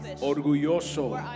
orgulloso